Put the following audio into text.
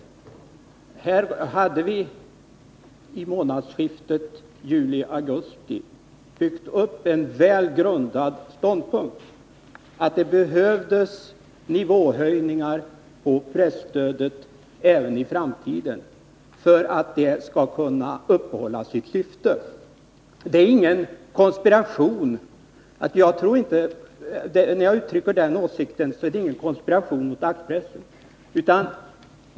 statsverksamheten, I månadsskiftet juli-augusti hade vi byggt upp en välgrundad ståndpunkt, m.m. nämligen att det behövdes nivåhöjningar av presstödet även i framtiden för att det skall kunna tillgodose sitt syfte. När jag uttalar den åsikten är det inte uttryck för att jag tror på någon konspiration mot dagspressen.